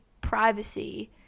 privacy –